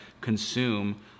consume